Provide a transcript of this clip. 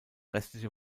restliche